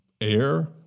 air